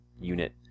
unit